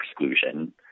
exclusion